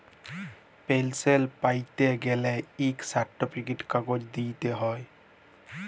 পেলসল প্যাইতে গ্যালে ইক সার্টিফিকেট কাগজ দিইতে হ্যয়